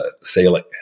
sailing